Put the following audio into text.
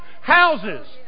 houses